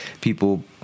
people